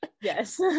Yes